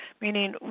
Meaning